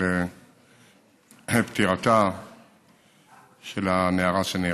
על פטירתה של הנערה שנדרסה.